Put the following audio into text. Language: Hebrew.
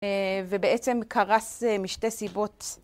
ובעצם קרס משתי סיבות.